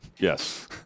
Yes